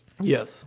Yes